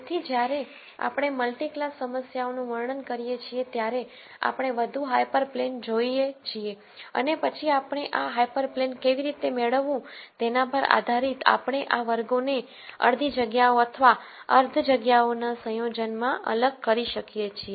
તેથી જ્યારે આપણે મલ્ટી ક્લાસ સમસ્યા ઓનું વર્ણન કરીએ છીએ ત્યારે આપણે વધુ હાયપરપ્લેન જોઈએ છીએ અને પછી આપણે આ હાયપરપ્લેન કેવી રીતે મેળવવું તેના પર આધારીત આપણે આ વર્ગોને અડધી જગ્યાઓ અથવા અર્ધ જગ્યાઓના સંયોજનમાં અલગ કરી શકીએ છીએ